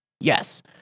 Yes